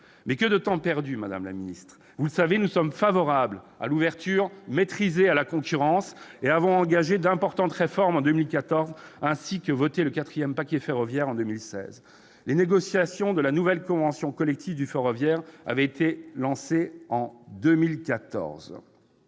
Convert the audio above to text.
que de temps perdu ! Vous le savez, nous sommes favorables à l'ouverture maîtrisée à la concurrence. À ce titre, nous avions engagé d'importantes réformes en 2014 et voté le quatrième paquet ferroviaire en 2016. Les négociations sur la nouvelle convention collective du ferroviaire avaient été lancées en 2014.